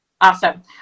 Awesome